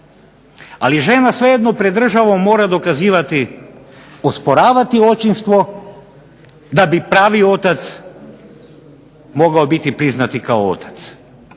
ali žena svejedno pred državom mora dokazivati, osporavati očinstvo da bi pravi otac mogao biti priznati kao otac.